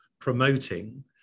promoting